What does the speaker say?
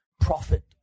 profit